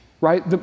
right